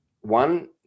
One